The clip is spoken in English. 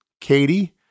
Katie